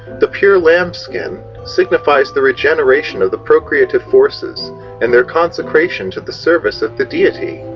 the pure lambskin signifies the regeneration of the procreative forces and their consecration to the service of the deity.